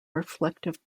reflective